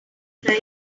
time